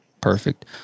Perfect